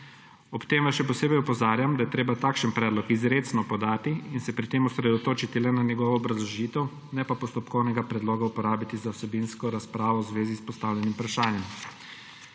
Ob tem vas še posebej opozarjam, da je treba takšen predlog izrecno podati in se pri tem osredotočiti le na njegovo obrazložitev, ne pa postopkovnega predloga uporabiti za vsebinsko razpravo v zvezi s postavljenim vprašanjem.